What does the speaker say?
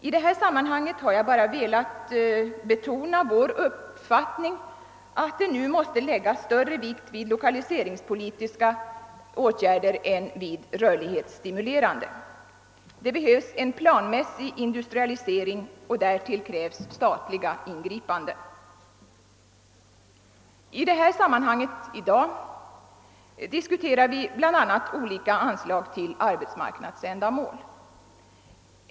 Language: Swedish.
I detta sammanhang har jag bara velat betona vår uppfattning, att det nu måste läggas större vikt vid lokaliseringspolitiska åtgärder än vid rörlighetsstimulerande. Det behövs en planmässig industrilokalisering, och därtill krävs statliga ingripanden. I detta sammanhang diskuterar vi i dag bl.a. olika anslag till arbetsmarknadsändamål.